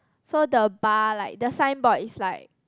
so the bar like the signboard is like